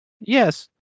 Yes